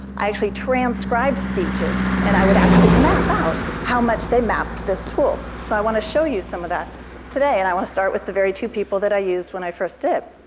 i actually transcribe speeches, and i would actually map out, how much they map to this tool. so i want to show you some of that today, and i want to start with the very two people that i used when i first did.